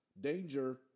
Danger